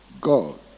God